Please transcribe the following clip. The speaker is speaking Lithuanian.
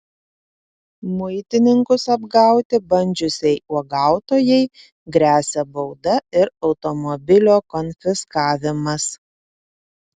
muitininkus apgauti bandžiusiai uogautojai gresia bauda ir automobilio konfiskavimas